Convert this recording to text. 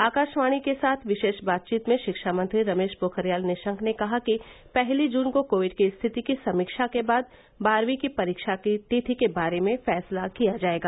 आकाशवाणी के साथ विशेष बातचीत में शिक्षा मंत्री रमेश पोखरियाल निशंक ने कहा कि पहली जून को कोविड की स्थिति की समीक्षा के बाद बारहवीं की परीक्षा की तिथि के बारे में फैसला किया जायेगा